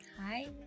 Hi